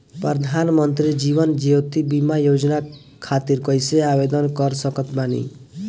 प्रधानमंत्री जीवन ज्योति बीमा योजना खातिर कैसे आवेदन कर सकत बानी?